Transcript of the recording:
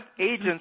agents